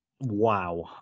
Wow